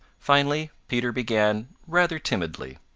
finally peter began rather timidly.